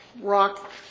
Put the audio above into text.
rock